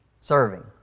Serving